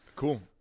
Cool